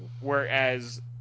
Whereas